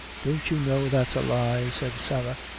don't you know that's a lie? said sarah,